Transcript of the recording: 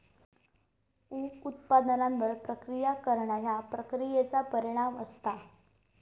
उप उत्पादनांवर प्रक्रिया करणा ह्या प्रक्रियेचा परिणाम असता